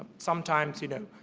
sometimes, you know,